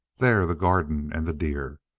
there the garden and the deer!